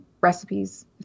recipes